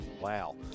Wow